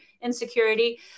insecurity